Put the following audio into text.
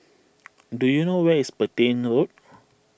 do you know where is Petain Road